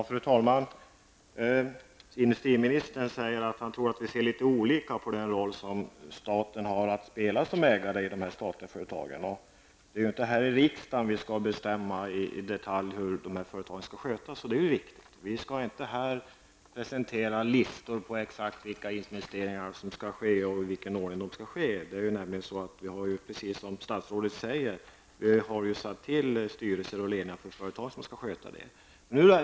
Fru talman! Industriministern säger att han tror att vi ser litet olika på den roll som staten har att spela som ägare av de statliga företagen. Han säger att det inte är riksdagen som i detalj skall bestämma hur företagen skall skötas. Det är ju riktigt; vi skall inte här presentera listor över exakt de investeringar som skall göras och i vilken ordning de skall ske. Precis som statsrådet säger har vi tillsatt styrelser och företagsledningar som skall sköta verksamheten.